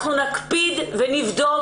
אנחנו נבדוק